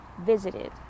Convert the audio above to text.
visited